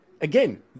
again